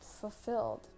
fulfilled